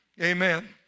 Amen